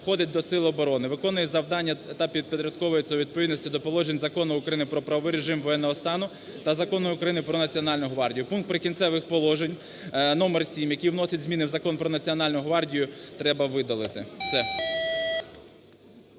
входить до сил оборони, виконує завдання та підпорядковується у відповідності до положень Закону України "Про правовий режим воєнного стану" та Закону України "Про Національну гвардію". Пункт "Прикінцевих положень" номер 7, який вносить зміни в Закон "Про Національну гвардію", треба видалити".